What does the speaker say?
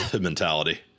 mentality